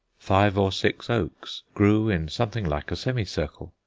five or six oaks grew in something like a semicircle,